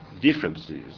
differences